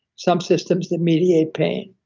some systems that mediate pain,